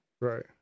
Right